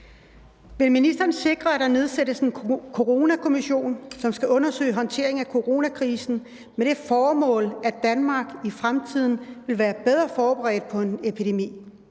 Vil ministeren sikre, at der nedsættes en coronakommission, som skal undersøge håndteringen af coronakrisen med det formål, at Danmark i fremtiden vil være bedre forberedt på en epidemi?